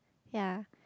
ya